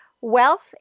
Wealth